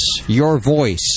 yourvoice